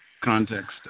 Context